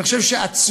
ואני חושב שהצמיחה